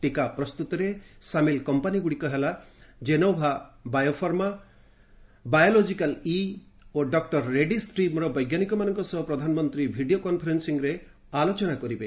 ଟିକା ପ୍ରସ୍ତୁତିରେ ସାମିଲ କମ୍ପାନୀଗୁଡ଼ିକ ହେଲା ଜେନୋଭା ବାୟୋଫାର୍ମା ବାୟୋଲୋଜିକାଲ୍ ଇ ଏବଂ ଡକ୍ର ରେଡ୍ଭିସ୍ ଟିମ୍ର ବୈଜ୍ଞାନିକମାନଙ୍କ ସହ ପ୍ରଧାନମନ୍ତ୍ରୀ ଭିଡ଼ିଓ କନ୍ଫରେନ୍ନିଂରେ ଆଲୋଚନା କରିବେ